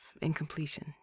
incompletion